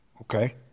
okay